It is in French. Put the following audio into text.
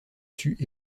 tuent